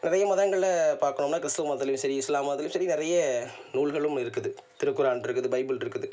நிறைய மதங்களில் பார்க்கணும்னா கிறிஸ்துவ மதத்துலைலயும் சரி இஸ்லாம் மதத்துலையும் சரி நிறைய நூல்களும் இருக்குது திருக்குரான் இருக்குது பைபிள் இருக்குது